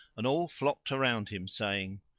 and all flocked around him saying,